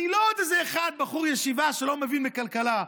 אני לא עוד איזה אחד בחור ישיבה שלא מבין בכלכלה,